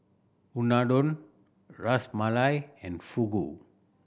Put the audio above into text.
Unadon Ras Malai and Fugu